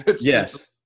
Yes